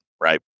right